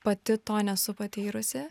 pati to nesu patyrusi